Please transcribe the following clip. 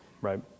right